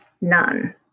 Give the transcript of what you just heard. none